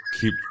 keep